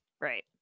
Right